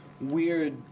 weird